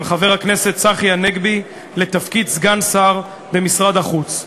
של חבר הכנסת צחי הנגבי לתפקיד סגן שר במשרד החוץ.